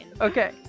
Okay